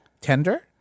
tender